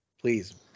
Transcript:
please